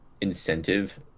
incentive